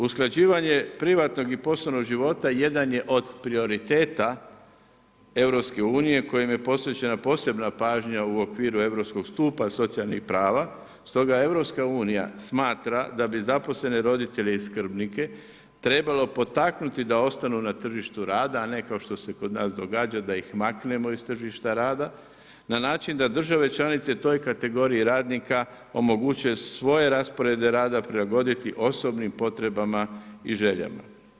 Usklađivanje privatnog i poslovnog života jedan od prioriteta Europske unije kojim je posvećena posebna pažnja u okviru europskog stupa socijalnih prava, stoga EU smatra da bi zaposleni roditelje i skrbnike trebalo potaknuti da ostanu na tržištu rada, a ne kao što se kod nas događa da ih maknemo iz tržišta rada na način da države članice toj kategoriji radnika omoguće svoje rasporede rada prilagoditi osobnim potrebama i željama.